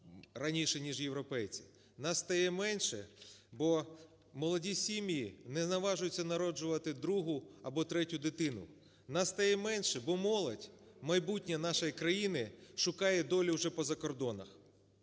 раніше ніж європейці, нас стає менше, бо молоді сім'ї не наважуються народжувати другу або третю дитину, нас стає менше, бо молодь, майбутнє нашої країни, шукає долю вже по закордонах.